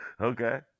Okay